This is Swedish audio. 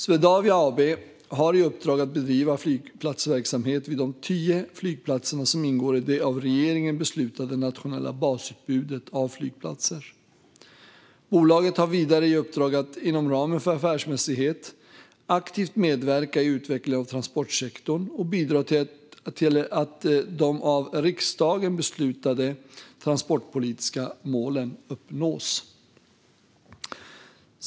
Swedavia AB har i uppdrag att bedriva flygplatsverksamhet vid de tio flygplatser som ingår i det av regeringen beslutade nationella basutbudet av flygplatser. Bolaget har vidare i uppdrag att, inom ramen för affärsmässighet, aktivt medverka i utvecklingen av transportsektorn och bidra till att de av riksdagen beslutade transportpolitiska målen uppnås.